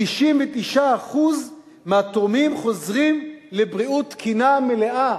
99% מהתורמים חוזרים לבריאות תקינה ומלאה.